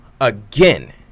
again